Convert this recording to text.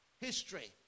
history